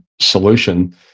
solution